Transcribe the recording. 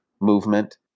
movement